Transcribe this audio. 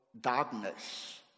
darkness